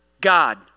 God